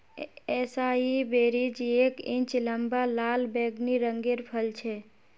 एसाई berries एक inch लंबा लाल बैंगनी रंगेर फल छे